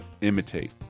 imitate